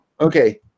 okay